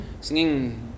singing